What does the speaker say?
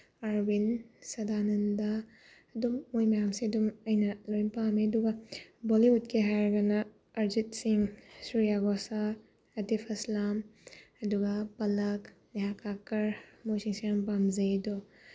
ꯑꯥꯔꯕꯤꯟ ꯁꯗꯥꯅꯟꯗ ꯑꯗꯨꯝ ꯃꯣꯏ ꯃꯌꯥꯝꯁꯦ ꯑꯗꯨꯝ ꯑꯩꯅ ꯂꯣꯏꯅ ꯄꯥꯝꯃꯦ ꯑꯗꯨꯒ ꯕꯣꯂꯤꯋꯨꯠꯀꯤ ꯍꯥꯏꯔꯒꯅ ꯑꯔꯖꯤꯠ ꯁꯤꯡ ꯁ꯭ꯔꯤꯌꯥ ꯒꯣꯁꯥꯜ ꯑꯇꯤꯞ ꯑꯁꯂꯝ ꯑꯗꯨꯒ ꯄꯜꯂꯛ ꯅꯦꯍꯥ ꯀꯥꯀꯔ ꯃꯣꯏꯁꯤꯡꯁꯦ ꯌꯥꯝ ꯄꯥꯝꯖꯩ ꯑꯗꯣ